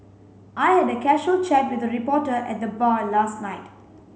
I had a casual chat with the reporter at the bar last night